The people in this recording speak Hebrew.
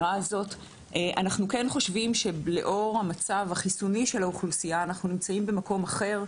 אנחנו חושבים שלאור המצב החיסוני של האוכלוסייה אנחנו נמצאים במקום אחר,